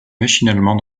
machinalement